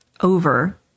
over